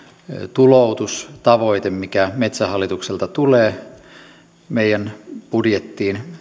tuloutustavoite mikä metsähallitukselta sitten tulee meidän budjettiin